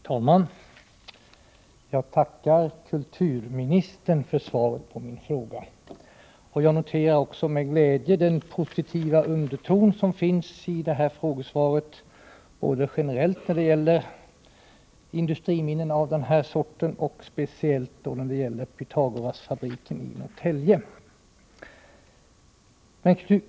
Herr talman! Jag tackar kulturministern för svaret på min fråga. Jag noterar med glädje den positiva underton som finns i detta frågesvar, både generellt när det gäller industriminnen av denna sort och speciellt när det gäller Pythagorasfabriken i Norrtälje.